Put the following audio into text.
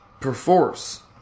perforce